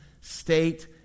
state